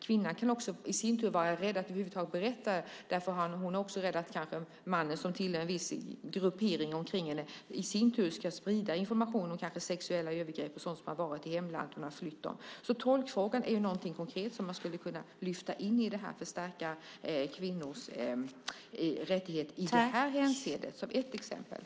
Kvinnan i sin tur kan också vara rädd att över huvud taget berätta. Hon är kanske också rädd att mannen som hör till en viss gruppering kring henne i sin tur ska sprida information om kanske sexuella övergrepp och sådant som har varit i hemlandet hon har flytt från. Tolkfrågan är ett exempel på någonting konkret som man skulle kunna lyfta in när det gäller att förstärka kvinnors rätt i det här hänseendet.